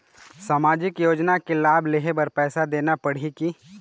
सामाजिक योजना के लाभ लेहे बर पैसा देना पड़ही की?